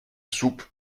soupe